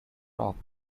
rock